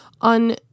on